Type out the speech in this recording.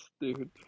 dude